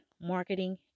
marketing